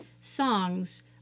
songs